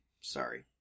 Sorry